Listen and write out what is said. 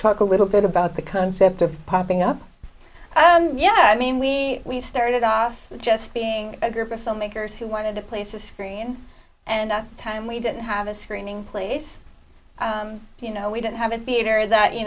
talk a little bit about the concept of popping up yeah i mean we started off just being a group of filmmakers who wanted to place a screen and on time we didn't have a screening place you know we didn't have a theater that you